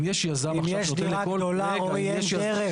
אם יש יזם --- אם יש דירה גדולה, רואי, אין דרך.